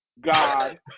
God